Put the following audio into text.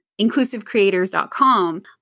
inclusivecreators.com